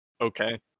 Okay